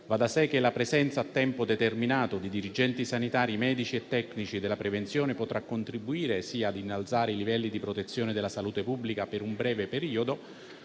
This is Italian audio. Va da sé che la presenza a tempo determinato di dirigenti sanitari, medici e tecnici della prevenzione potrà contribuire ad innalzare i livelli di protezione della salute pubblica per un breve periodo,